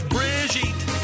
Brigitte